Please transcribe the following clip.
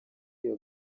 iyo